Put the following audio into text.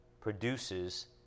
produces